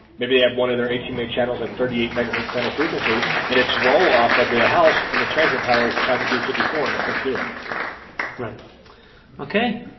maybe they have one of their eighteen mate channels at thirty eight megahertz center frequency and it's roll off at the house and the transmit power is trying to do fifty four and i couldn't do it right okay,